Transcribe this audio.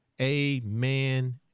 Amen